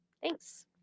Thanks